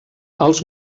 els